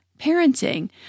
parenting